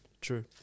True